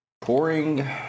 Pouring